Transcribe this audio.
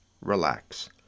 relax